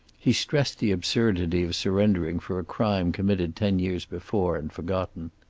he stressed the absurdity of surrendering for a crime committed ten years before and forgotten.